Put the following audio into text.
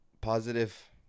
positive